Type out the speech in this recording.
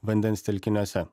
vandens telkiniuose